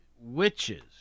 Witches